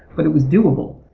but it was doable.